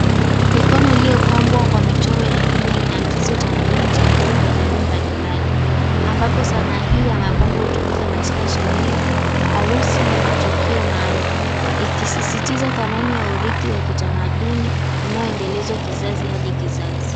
Mikono iliyopambwa kwa michoro ya hina inaakisi utamaduni tajiri kwa jamii mbalimbali. Ambapo sanaa hii ya mapambo hutumika katika sherehe, harusi, na matukio maalum. Ikisisitiza thamani ya urithi wa kitamaduni unaoendelezwa kizazi hadi kizazi.